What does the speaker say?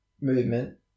movement